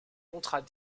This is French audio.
contrat